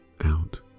out